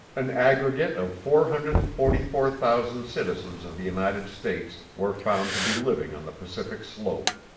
an aggregate of four hundred and forty four thousand citizens of the united states were found to be living on the pacific slope.